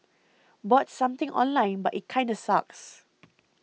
bought something online but it kinda sucks